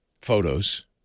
photos